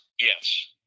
Yes